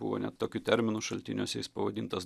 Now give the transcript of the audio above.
buvo net tokiu terminu šaltiniuose jis pavadintas